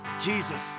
Jesus